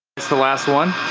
it's the last one?